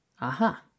Aha